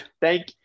thank